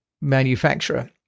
manufacturer